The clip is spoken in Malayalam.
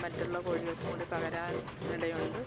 മറ്റുള്ള കോഴിൾക്ക് കൂടി പകരാൻ ഇടയുണ്ട്